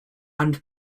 and